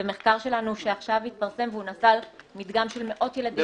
זה מחקר שלנו שעכשיו התפרסם והוא נעשה על מדגם של מאות ילדים בישראל.